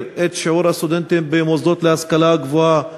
את שיעור הסטודנטים במוסדות להשכלה גבוהה בארץ.